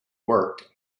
worked